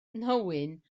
nhywyn